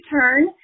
turn